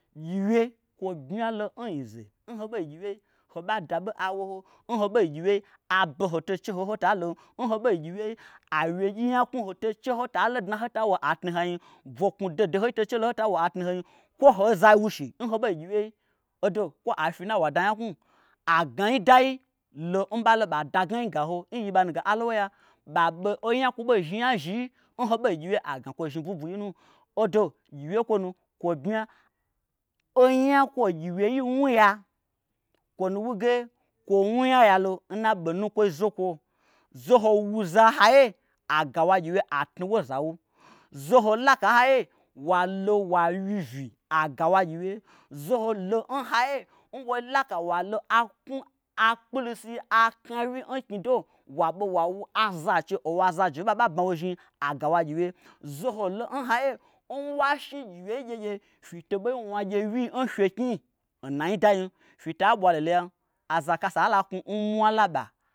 Gyiwye kwobmyalo n nyze nhoɓei ngyiwyei hoɓadaɓo awo ho, nho ɓei ngyiwyei aɓoho to cheho nhotalon awyegyi nyaknwu hoto chelon nhoɓa lodna nhotawo ai tnuhanyim boknwu dohodohoyi tochelon nhotawo aitnu hanyim kwo hozai wushi nho ɓei ngyiwyei odo kwo aifyi nna wada nyaknwu agnaidai lo nɓalo ɓa dagnai gaho n yiyiɓanu ge aloya ɓaɓe onya nkwo ɓei zhni onya zhii nho ɓei ngyiwyei agna kwo zhni bwui bwui nu odo gyiwyei kwonu kwobmya. Onya nkwo gyiwyei wnuya kwo nuwuge kwo wnunyayalo nna ɓonukwoi zokwo. zoho wuza n haiye agawoagyiwye atnuwo zawu zoho laka nhaiye walo wa wyivyi agawo agyiwye zoholo nhaiye nwo laka walo aknwu akpulusi aknawyi n knyido waɓe wawu aza nchei owo azaje nɓaɓa bmawozhni agawo agyiwye. zoho nhaiye nwa shni gyiwyei gyegye fyetobei wnagye n fyeknyi n nai dayim fyeta ɓwa loloyam aza kasa laknwu laɓa